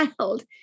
child